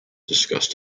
discussed